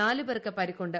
നാലുപേർക്ക് പ്രരിക്കുണ്ട്